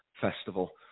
festival